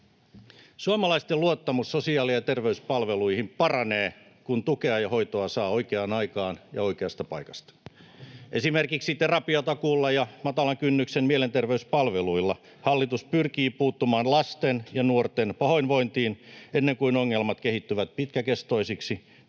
Suomalaisten luottamus sosiaali- ja terveyspalveluihin paranee, kun tukea ja hoitoa saa oikeaan aikaan ja oikeasta paikasta. Esimerkiksi terapiatakuulla ja matalan kynnyksen mielenterveyspalveluilla hallitus pyrkii puuttumaan lasten ja nuorten pahoinvointiin ennen kuin ongelmat kehittyvät pitkäkestoisiksi